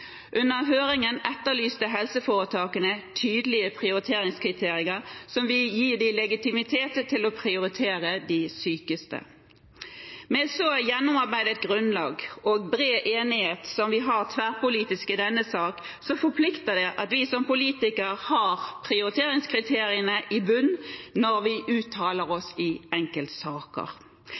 Under høringen etterlyste helseforetakene tydelige prioriteringskriterier som vil gi dem legitimitet til å prioritere de sykeste. Med et så gjennomarbeidet grunnlag og bred enighet som vi har tverrpolitisk i denne sak, forplikter det at vi som politikere har prioriteringskriteriene i bunnen når vi uttaler oss i enkeltsaker.